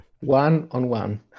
one-on-one